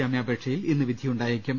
ജാമ്യാപേക്ഷയിൽ ഇന്ന് വിധിയുണ്ടായേക്കും